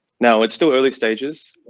no, it's still early stages.